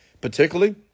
particularly